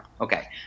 Okay